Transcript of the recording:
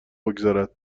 بگذارد